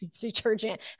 detergent